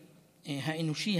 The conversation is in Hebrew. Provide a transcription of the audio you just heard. האנושי,